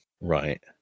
Right